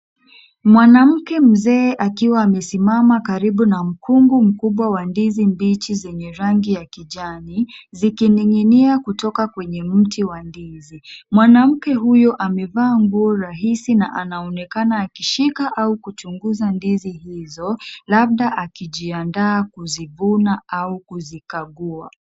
Mwanamke mzee akiwa amesimama karibu na mkungu mkubwa wa ndizi mbichi zenye rangi ya kijani, zikining'inia kutoka kwenye mti wa ndizi. Mwanamke huyo amevaa nguo rahisi na anaonekana akishika au kuchunguza ndizi hizo, labda akijiandaa kuzivuna au kuzikagua.